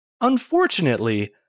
Unfortunately